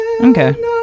okay